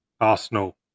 Arsenal